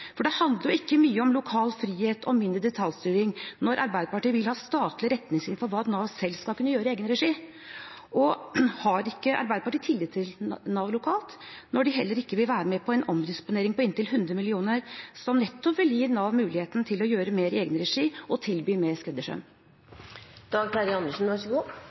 For det handler jo ikke mye om lokal frihet og mindre detaljstyring når Arbeiderpartiet vil ha statlige retningslinjer for hva Nav selv skal kunne gjøre i egen regi. Har ikke Arbeiderpartiet tillit til Nav lokalt når de heller ikke vil være med på en omdisponering på inntil 100 mill. kr, som nettopp vil gi Nav muligheten til å gjøre mer i egen regi, og tilby mer